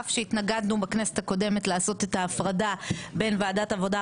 אף שהתנגדנו בכנסת הקודמת לעשות את ההפרדה בין ועדת העבודה,